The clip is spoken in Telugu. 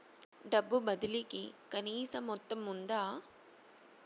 డబ్బు బదిలీ కి కనీస మొత్తం ఉందా?